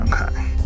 Okay